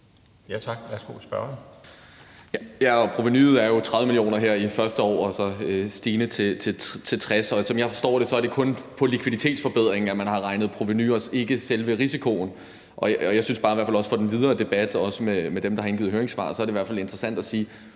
Sigurd Agersnap (SF): Ja, og provenuet er jo 30 mio. kr. her i det første år og så stigende til 60 mio. kr. Som jeg forstår det, er det kun på likviditetsforbedringen, man har beregnet provenuet, og ikke selve risikoen. Jeg synes i hvert fald bare også for den videre debat og også med dem, der har indsendt høringssvar, at det er interessant at sige: